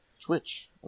Twitch